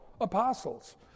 apostles